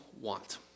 want